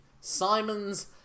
Simon's